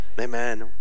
Amen